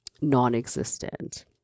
non-existent